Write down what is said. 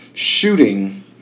shooting